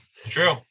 True